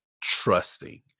trusting